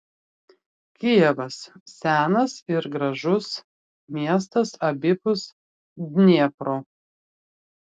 kijevas senas ir gražus miestas abipus dniepro